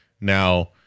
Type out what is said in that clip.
Now